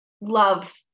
love